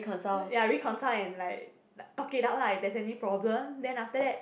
ya reconcile and like talk it out lah there's any problem then after that